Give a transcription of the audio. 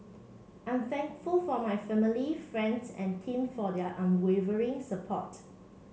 I'm thankful for my family friends and team for their unwavering support